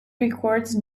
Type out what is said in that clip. records